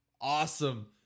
awesome